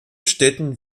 städten